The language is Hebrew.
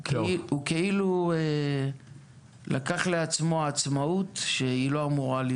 הוא כאילו לקח לעצמו עצמאות שלא אמורה להיות.